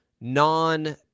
non